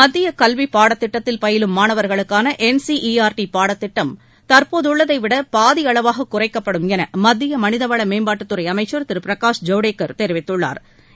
மத்திய கல்வி பாடத்திட்டத்தில் பயிலும் மாணவர்களுக்கான N C E R T பாடத்திட்டம் தற்போதுள்ளதை விட பாதி அளவாக குறைக்கப்படும் என மத்திய மனிதவள மேம்பாட்டுத் துறை அமைச்சள் திரு பிரகாஷ் ஜவ்டேக்கள் தெரிவித்துள்ளாா்